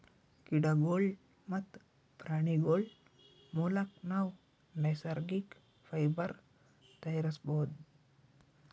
ಗಿಡಗೋಳ್ ಮತ್ತ್ ಪ್ರಾಣಿಗೋಳ್ ಮುಲಕ್ ನಾವ್ ನೈಸರ್ಗಿಕ್ ಫೈಬರ್ ತಯಾರಿಸ್ಬಹುದ್